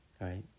right